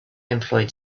employed